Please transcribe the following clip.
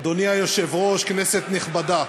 אדוני היושב-ראש, כנסת נכבדה,